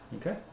Okay